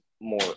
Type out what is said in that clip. more